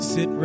Sit